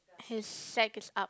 his sack is up